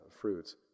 fruits